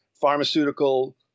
pharmaceutical